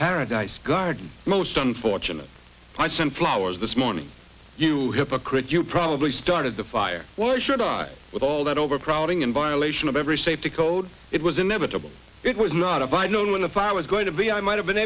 paradise garden most unfortunate i sent flowers this morning you hypocrite you probably started the fire why should i with all that overcrowding in violation of every safety code it was inevitable it was not a final when the fire was going to be i might have been